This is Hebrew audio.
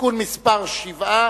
(תיקון מס' 7),